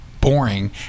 boring